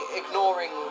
ignoring